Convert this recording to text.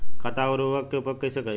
खाद व उर्वरक के उपयोग कईसे करी?